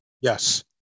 Yes